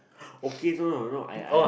okay not if not I I